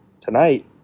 tonight